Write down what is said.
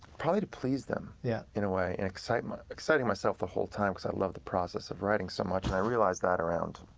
probably to please them yeah in a way, and exciting exciting myself the whole time, because i loved the process of writing so much. and i realized that around